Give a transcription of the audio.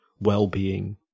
well-being